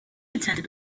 attended